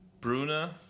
Bruna